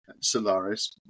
Solaris